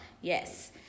Yes